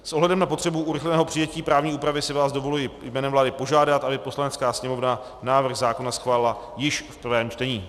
S ohledem na potřebu urychleného přijetí právní úpravy si vás dovoluji jménem vlády požádat, aby Poslanecká sněmovna návrh zákona schválila již v prvém čtení.